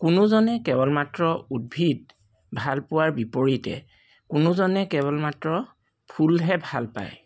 কোনোজনে কেৱল মাত্ৰ উদ্ভিদ ভাল পোৱাৰ বিপৰীতে কোনোজনে কেৱল মাত্ৰ ফুলহে ভাল পায়